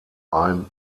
ein